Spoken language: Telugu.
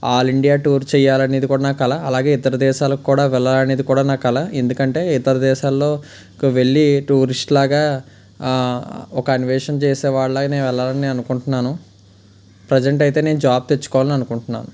ఆల్ ఇండియా టూర్ చెయ్యాలనేది అనేది నా కల అలాగే ఇతర దేశాలకి కూడా వెళ్ళాలనేది కూడా నా కల ఎందుకంటే ఇతర దేశాల్లోకి వెళ్ళి టూరిస్ట్ లాగా ఒక అన్వేషణ చేసే వాళ్ళలాగా నేను వెళ్ళాలని అనుకుంటున్నాను ప్రెసెంట్ అయితే నేను జాబ్ తెచ్చుకోవాలని అనుకుంటున్నాను